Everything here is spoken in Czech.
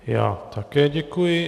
Já také děkuji.